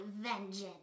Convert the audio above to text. vengeance